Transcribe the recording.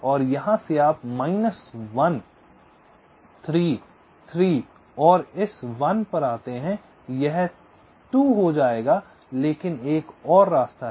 तो यहां से आप माइनस 1 3 3 और इस 1 पर आते हैं यह 2 हो जाएगा लेकिन एक और रास्ता है